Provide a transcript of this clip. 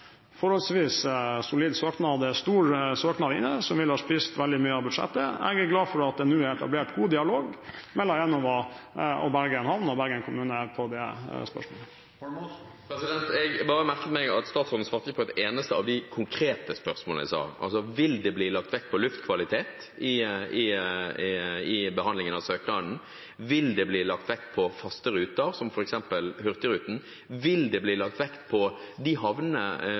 forholdsvis solid og stor søknad inne, som ville ha spist veldig mye av budsjettet. Jeg er glad for at det nå er etablert god dialog mellom Enova og Bergen Havn og Bergen kommune om det spørsmålet. Jeg merket meg at statsråden ikke svarte på ett eneste av de konkrete spørsmålene jeg stilte. Altså: Vil det bli lagt vekt på luftkvalitet i behandlingen av søknadene? Vil det bli lagt vekt på faste ruter, som f.eks. Hurtigruten? Vil det bli lagt vekt på trafikkmengden i havnene? Det var jo helt absurd at de to største havnene